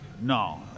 No